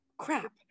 crap